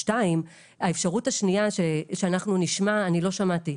שניים, האפשרות השנייה שאנחנו נשמע, אני לא שמעתי.